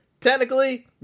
technically